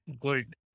good